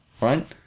right